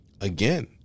again